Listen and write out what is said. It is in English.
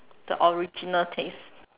the original taste